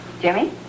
Jimmy